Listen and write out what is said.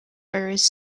firs